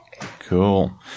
Cool